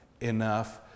enough